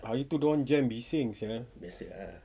hari tu dorang jam bising [sial]